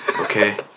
Okay